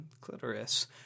clitoris